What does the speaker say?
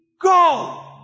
go